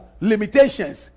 limitations